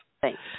Thanks